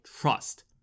trust